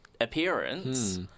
appearance